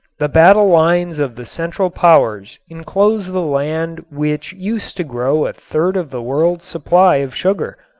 the battle lines of the central powers enclosed the land which used to grow a third of the world's supply of sugar.